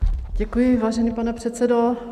Děkuji, vážený pane předsedo.